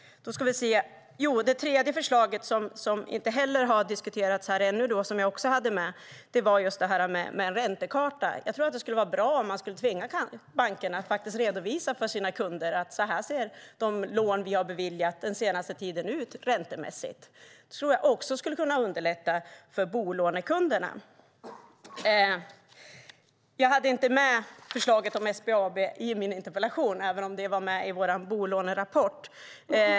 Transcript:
Det tredje förslaget, som inte heller har diskuterats här ännu och som jag också hade med, gäller en räntekarta. Jag tror att det skulle vara bra att tvinga bankerna att redovisa för sina kunder hur de lån som de har beviljat den senaste tiden ser ut räntemässigt. Det tror jag skulle kunna underlätta för bolånekunderna. Jag hade inte med förslaget om SBAB i min interpellation, även om det var med i vår bolånerapport.